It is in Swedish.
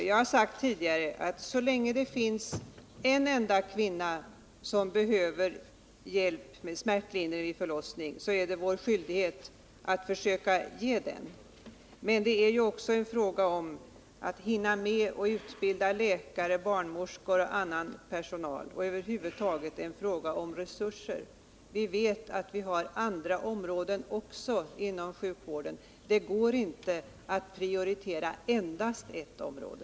Jag har sagt tidigare att så länge det finns en enda kvinna som behöver smärtlindring vid förlossning men kanske inte kan få det, så är det vår skyldighet att försöka ge henne sådan. Men det är också fråga om att hinna med att utbilda läkare, barnmorskor och annan personal. Det kräver inte minst resurser. Sjukvården bestar som bekant också av andra områden än detta. Det går inte att bara prioritera ett område.